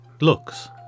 looks